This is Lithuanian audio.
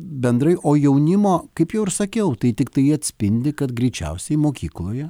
bendrai o jaunimo kaip jau ir sakiau tai tiktai atspindi kad greičiausiai mokykloje